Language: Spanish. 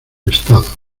estado